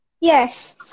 Yes